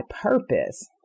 purpose